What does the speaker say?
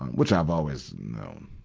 which i've always known.